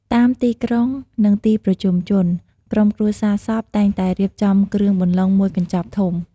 តាមទីក្រុង និងទីប្រជុំជន ក្រុមគ្រួសារសពតែងតែរៀបចំគ្រឿងបន្លុងមួយកញ្ចប់ធំ។